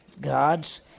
God's